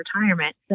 retirement